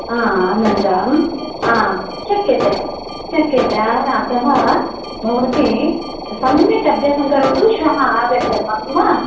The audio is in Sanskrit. आ अनन्तरम् आ शक्यते शक्यते अतः भवती सम्यक् अभ्यासं करोतु श्वः आगच्छतु अस्तु वा